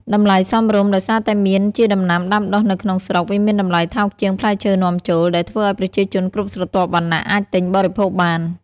តម្លៃសមរម្យ ដោយសារតែមៀនជាដំណាំដាំដុះនៅក្នុងស្រុក វាមានតម្លៃថោកជាងផ្លែឈើនាំចូល ដែលធ្វើឲ្យប្រជាជនគ្រប់ស្រទាប់វណ្ណៈអាចទិញបរិភោគបាន។